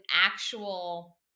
actual